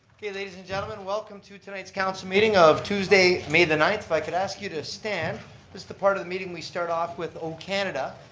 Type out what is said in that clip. okay ladies and gentlemen. welcome to tonight's council meeting of tuesday, may the ninth. if i could ask you to stand. this is the part of the meeting we start off with o canada.